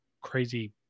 crazy